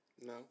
No